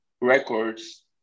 records